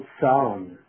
sound